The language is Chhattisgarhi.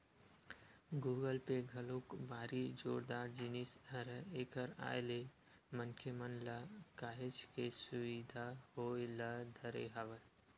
गुगल पे घलोक भारी जोरदार जिनिस हरय एखर आय ले मनखे मन ल काहेच के सुबिधा होय ल धरे हवय